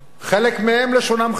חלק מהם לשונם חדה,